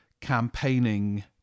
campaigning